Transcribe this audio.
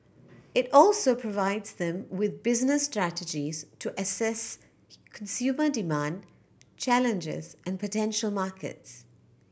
it also provides them with business strategies to assess consumer demand challenges and potential markets